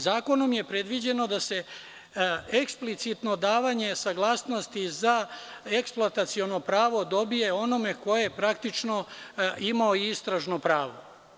Zakonom je predviđeno da se eksplicitno davanje saglasnosti za eksploataciono pravo dobije onaj ko je praktično imao istražno pravo.